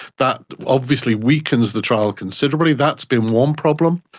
that obviously weakens the trial considerably. that's been one problem.